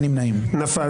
הצבעה לא אושרה נפל.